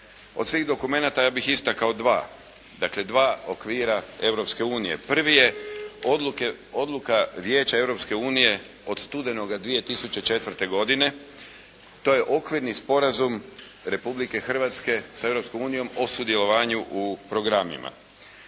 Od svih dokumenta ja bih istakao dva. Dakle, dva okvira Europske unije. Prvi je Odluka Vijeća Europske unije od studenoga 2004. godine. To je Okvirni sporazum Republike Hrvatske sa Europskom unijom o sudjelovanju u programima.